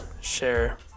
share